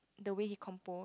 they way he composed